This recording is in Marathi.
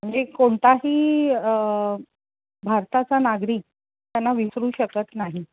म्हणजे कोणताही भारताचा नागरिक त्यांना विसरू शकत नाही